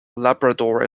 labrador